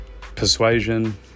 persuasion